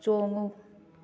ꯆꯣꯡꯉꯨ